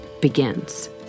begins